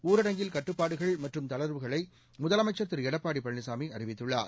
ஊரடங்கில் கட்டுப்பாடுகள் மற்றும் தளர்வுகளை முதலமைச்சர் திரு எடப்ாபடி பழனிசாமி அறிவித்துள்ளார்